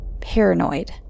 paranoid